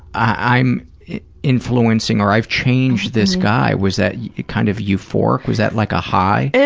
i'm influencing or i'm changing this guy? was that kind of euphoric? was that like a high?